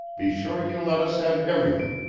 be sure you let us have everything.